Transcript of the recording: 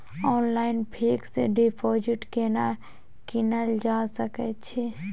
Online fix deposit केना कीनल जा सकै छी?